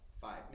five